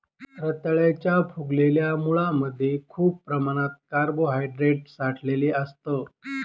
रताळ्याच्या फुगलेल्या मुळांमध्ये खूप प्रमाणात कार्बोहायड्रेट साठलेलं असतं